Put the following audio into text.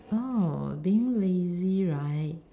oh being lazy right